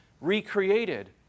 recreated